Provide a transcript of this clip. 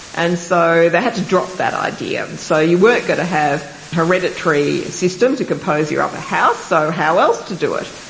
and so they had to drop that idea. and so you weren't going to have a hereditary system to compose your upper house, so how else to do it?